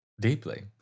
deeply